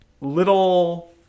little